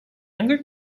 younger